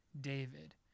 David